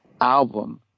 album